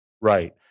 Right